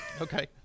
Okay